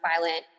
violent